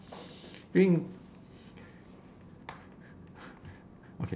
green